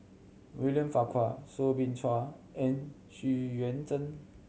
William Farquhar Soo Bin Chua and Xu Yuan Zhen